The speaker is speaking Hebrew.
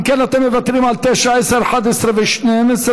אתם מוותרים על 9, 10, 11 ו-12.